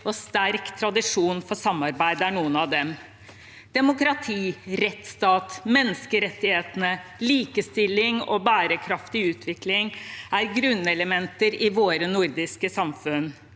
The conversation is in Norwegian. og sterk tradisjon for samarbeid er noen av dem. Demokrati, rettsstat, menneskerettigheter, likestilling og bærekraftig utvikling er grunnelementer i våre nordiske samfunn.